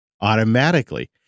automatically